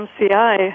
MCI